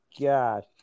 God